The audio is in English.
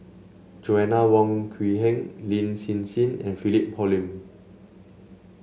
Joanna Wong Quee Heng Lin Hsin Hsin and Philip Hoalim